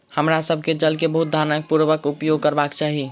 हमरा सभ के जल के बहुत ध्यानपूर्वक उपयोग करबाक चाही